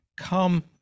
come